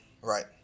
right